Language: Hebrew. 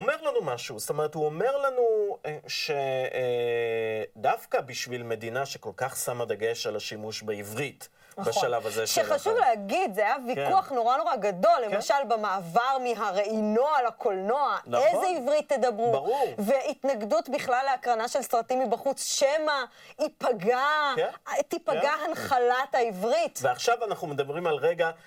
הוא אומר לנו משהו. זאת אומרת, הוא אומר לנו שדווקא בשביל מדינה שכל כך שמה דגש על השימוש בעברית בשלב הזה. נכון, שחשוב להגיד, זה היה ויכוח נורא נורא גדול. למשל במעבר מהראינוע לקולנוע, איזה עברית תדברו? ברור. והתנגדות בכלל להקרנה של סרטים מבחוץ, שמא תיפגע הנחלת העברית. ועכשיו אנחנו מדברים על רגע